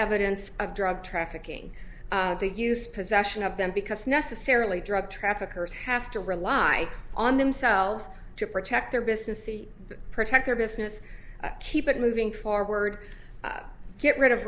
evidence of drug trafficking the use possession of them because necessarily drug traffickers have to rely on themselves to protect their business see protect their business keep it moving forward get rid of